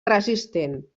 resistent